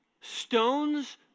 Stones